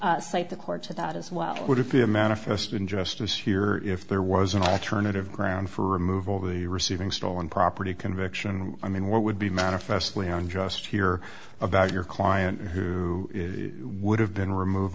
cite the court to that as well would it be a manifest injustice here if there was an alternative ground for removal the receiving stolen property conviction i mean what would be manifestly i'm just here about your client who would have been remov